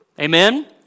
Amen